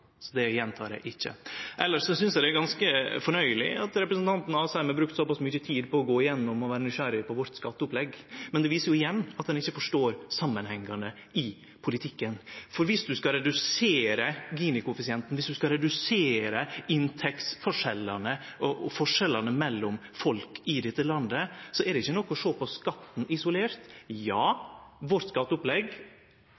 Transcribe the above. så det gjentek eg ikkje. Elles synest eg det er ganske fornøyeleg at representanten Asheim har brukt såpass mykje tid på å gå igjennom og vere nysgjerrig på vårt skatteopplegg, men det viser jo igjen at han ikkje forstår samanhengane i politikken. For viss ein skal redusere Gini-koeffisienten, viss ein skal redusere inntektsforskjellane og forskjellane mellom folk i dette landet, er det ikkje nok å sjå på skatten isolert. Ja,